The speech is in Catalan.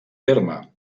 terme